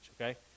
okay